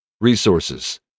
resources